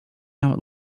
out